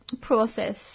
process